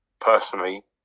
personally